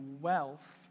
wealth